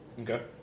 Okay